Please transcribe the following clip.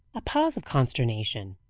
a pause of consternation.